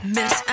Miss